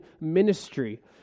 ministry